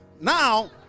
Now